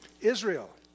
Israel